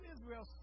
Israel